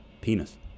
penis